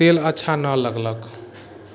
तेल अच्छा नहि लगलक